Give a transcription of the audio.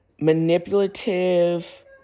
manipulative